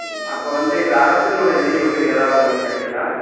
ம் அப்போது வந்து இது அரசினுடைய நிதி உதவி ஏதாவது உங்களுக்கு கிடைக்கிதா